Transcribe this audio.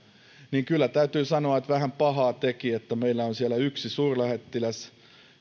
niin kyllä täytyy sanoa että vähän pahaa teki se että meillä on siellä yksi suurlähettiläs